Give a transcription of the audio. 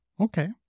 Okay